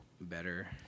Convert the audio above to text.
better